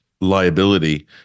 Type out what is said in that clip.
liability